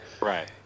Right